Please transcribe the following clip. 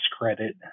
credit